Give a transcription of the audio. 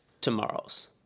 tomorrow's